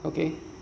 okay